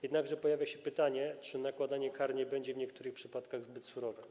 Jednakże pojawia się pytanie, czy nakładanie kar nie będzie w niektórych przypadkach zbyt surowe.